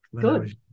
good